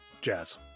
jazz